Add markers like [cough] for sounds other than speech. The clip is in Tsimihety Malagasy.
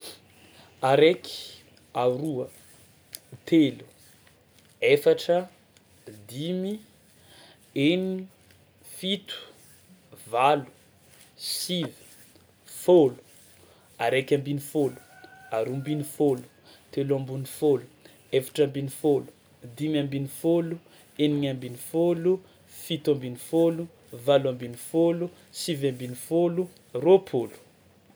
[noise] Araiky, aroaw telo, efatra, dimy, eniny, fito, valo, sivy, fôlo, araiky ambinifôlo, aroa ambinifôlo, telo ambinifôlo, efatra ambinifôlo, dimy ambinifôlo, enigna ambinifôlo, fito ambinifôlo, valo ambinifôlo, sivy ambinifôlo, roapolo.